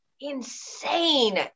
insane